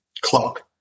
clock